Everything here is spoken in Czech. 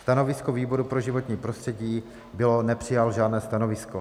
Stanovisko výboru pro životní prostředí nepřijalo žádné stanovisko.